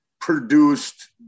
produced